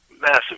massive